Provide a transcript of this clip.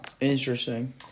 interesting